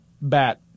bat